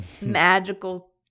magical